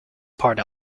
part